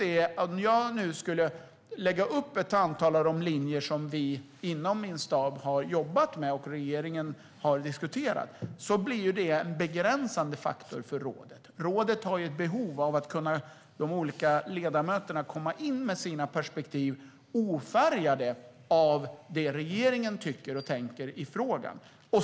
Om jag nu skulle lägga upp ett antal av de linjer som vi inom min stab har jobbat med och regeringen diskuterat blir det en begränsande faktor för rådet. Rådet har ett behov av att de olika ledamöterna kan komma in med sina perspektiv ofärgade av det regeringen tycker och tänker i frågan.